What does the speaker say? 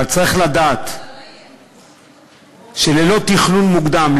אבל צריך לדעת שללא תכנון מוקדם,